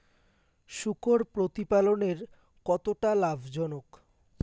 শূকর প্রতিপালনের কতটা লাভজনক?